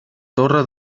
torre